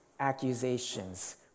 accusations